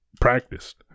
practiced